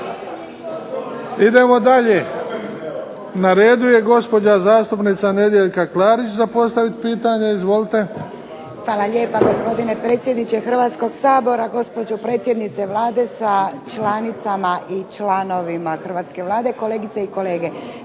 Idemo dalje. Na redu je gospođa zastupnica Nedjeljka Klarić za postaviti pitanje. Izvolite. **Klarić, Nedjeljka (HDZ)** Hvala lijepa gospodine predsjedniče Hrvatskog sabora, gospođo predsjednice Vlade sa članicama i članovima Hrvatske vlade i kolegice i kolege.